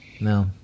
No